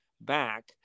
back